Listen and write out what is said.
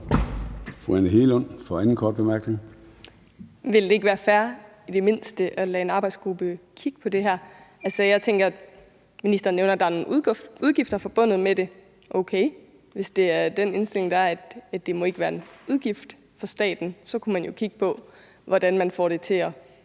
Anne Hegelund (EL): Ville det ikke være fair i det mindst at lade en arbejdsgruppe og kigge på det her? Ministeren nævner, at der er nogle udgifter forbundet med det. Okay, hvis det er den indstilling, der er, at det ikke må være en udgift for staten, så kunne man jo kigge på, hvordan man får det til at